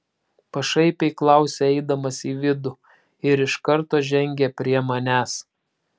pašaipiai klausia eidamas į vidų ir iš karto žengia prie manęs